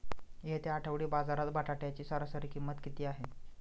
येत्या आठवडी बाजारात बटाट्याची सरासरी किंमत किती आहे?